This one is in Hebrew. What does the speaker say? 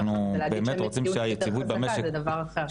ולהגיד שהמציאות יותר חזקה זה דבר אחר.